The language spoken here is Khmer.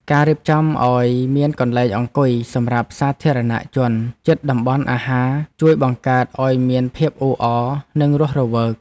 ការរៀបចំឱ្យមានកន្លែងអង្គុយសម្រាប់សាធារណៈជនជិតតំបន់អាហារជួយបង្កើតឱ្យមានភាពអ៊ូអរនិងរស់រវើក។